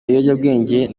ibiyobyabwenge